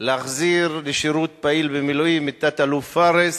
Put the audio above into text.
להחזיר לשירות פעיל במילואים את תת-אלוף פארס.